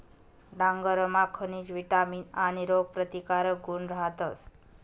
डांगरमा खनिज, विटामीन आणि रोगप्रतिकारक गुण रहातस